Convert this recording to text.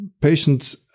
Patients